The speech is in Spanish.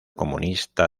comunista